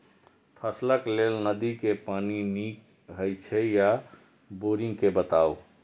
फसलक लेल नदी के पानी नीक हे छै या बोरिंग के बताऊ?